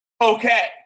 okay